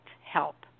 help